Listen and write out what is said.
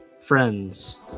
Friends